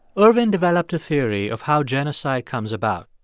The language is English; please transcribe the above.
ervin developed a theory of how genocide comes about.